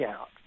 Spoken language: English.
out